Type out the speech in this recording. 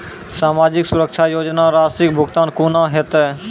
समाजिक सुरक्षा योजना राशिक भुगतान कूना हेतै?